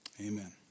Amen